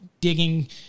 digging